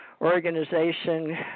organization